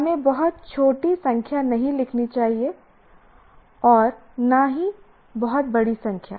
हमें बहुत छोटी संख्या नहीं लिखनी चाहिए और न ही बहुत बड़ी संख्या